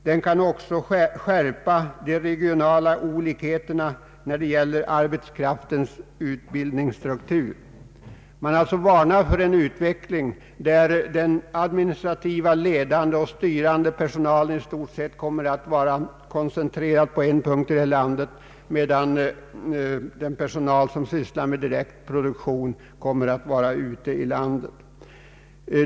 Den kan också skärpa de regionala olikheterna när det gäller arbetskraftens utbildningsstruktur.” Man har alltså varnat för en utveckling där den administrativa ledande och styrande personalen i stort sett kommer att vara koncentrerad till ett enda område i landet, medan den personal som sysslar med direkt produktion kommer att vara spridd ute i landet.